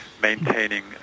maintaining